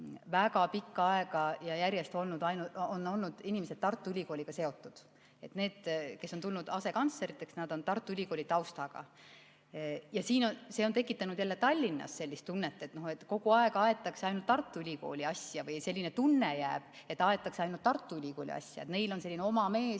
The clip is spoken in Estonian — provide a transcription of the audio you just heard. väga pikka aega järjest olnud inimesed, kes on olnud Tartu Ülikooliga seotud. Need, kes on tulnud asekantsleriks, on olnud Tartu Ülikooli taustaga. Ja see on tekitanud jälle Tallinnas sellist tunnet, et kogu aeg aetakse ainult Tartu Ülikooli asja, selline tunne jääb, et aetakse ainult Tartu Ülikooli asja, et neil on oma mees